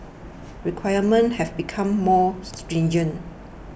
requirements have become more stringent